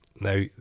now